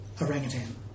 orangutan